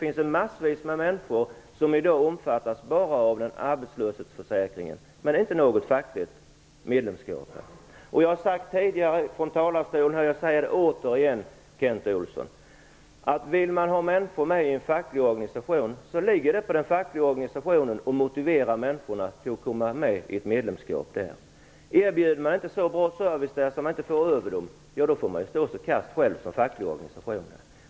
Mängder av människor omfattas i dag bara av arbetslöshetsförsäkringen, och det innebär inte något fackligt medlemskap. Jag har tidigare sagt och säger återigen, Kent Olsson, att det är en uppgift för den fackliga organisationen att motivera människor för ett medlemskap i den. Erbjuder den fackliga organisationen inte en så bra service att den får med sig människorna, får den stå sitt kast.